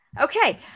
Okay